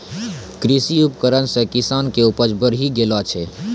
कृषि उपकरण से किसान के उपज बड़ी गेलो छै